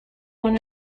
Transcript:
one